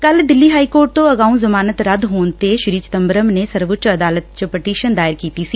ਕੱਲ Delhi high court ਤੋਂ ਅਗਊਂ ਜਮਾਨਤ ਰੱਦ ਹੋਣ ਤੇ ਸ੍ਰੀ ਚਿਦੰਬਰਮ ਨੇ ਸਰਵਊੱਚ ਅਦਾਲਤ ਚ ਪਟੀਸ਼ਨ ਦਾਇਰ ਕੀਤੀ ਸੀ